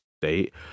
State